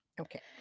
okay